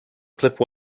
clip